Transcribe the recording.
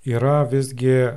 yra visgi